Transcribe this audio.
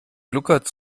gluckert